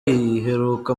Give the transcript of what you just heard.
iheruka